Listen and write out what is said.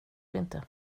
inte